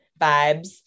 vibes